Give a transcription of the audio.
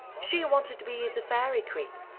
she wanted to be the fairy queen.